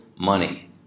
money